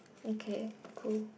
okay cool